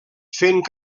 fent